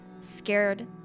scared